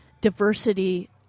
diversity